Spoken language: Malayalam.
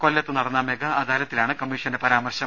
കൊല്ലത്ത് നടന്ന മെഗാ അദാലത്തിലാണ് കമ്മീഷന്റെ പരാമർശം